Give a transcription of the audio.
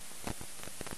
אבל אני לא רואה שזה זז.